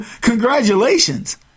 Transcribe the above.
congratulations